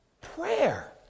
prayer